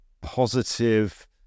positive